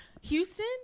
Houston